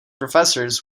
professors